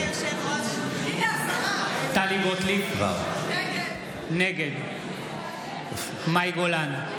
טלי גוטליב, נגד מאי גולן,